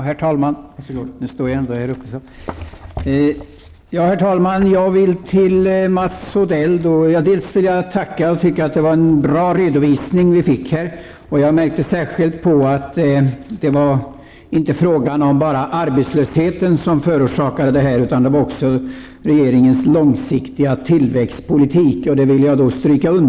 Herr talman! Jag vill tacka Mats Odell. Jag tycker att det var en bra redovisning som han lämnade. Jag noterade särskilt att det inte bara var arbetslösheten som föranledde regeringens åtgärder. Satsningarna var också ett led i regeringens långsiktiga tillväxtpolitik. Det vill jag understryka.